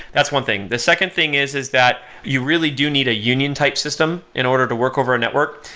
that's one thing the second thing is is that you really do need a union type system in order to work over a network.